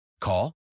Call